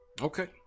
Okay